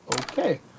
Okay